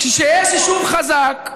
כשיש יישוב חזק,